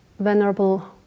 Venerable